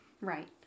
Right